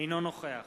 אינו נוכח